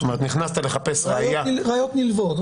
ראיות נלוות.